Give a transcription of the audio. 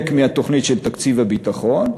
חלק מהתוכנית של תקציב הביטחון,